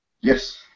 Yes